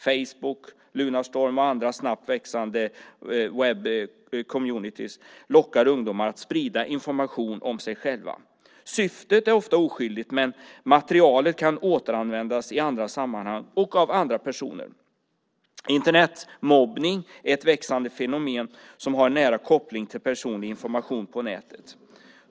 Facebook, Lunarstorm och andra snabbt växande webbcommunityer lockar ungdomar att sprida information om sig själva. Syftet är ofta oskyldigt, men materialet kan återanvändas i andra sammanhang och av andra personer. Internetmobbning är ett växande fenomen som har en nära koppling till personlig information på nätet.